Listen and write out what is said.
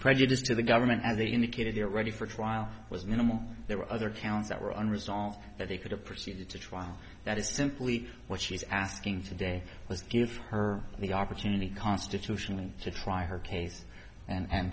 prejudice to the government as they indicated they're ready for trial was minimal there were other counts that were unresolved that they could have proceeded to trial that is simply what she's asking today was give her the opportunity constitutionally to try her case and